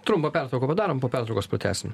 trumpą pertrauką padarom po pertraukos pratęsim